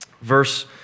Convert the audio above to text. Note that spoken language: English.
verse